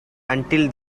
until